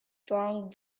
strong